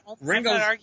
Ringo